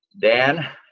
Dan